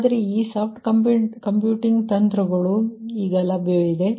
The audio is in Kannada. ಆದರೆ ಈಗ ಸಾಫ್ಟ್ ಕಂಪ್ಯೂಟಿಂಗ್ ತಂತ್ರಗಳು ಲಭ್ಯವಿವೆ